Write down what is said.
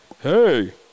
Hey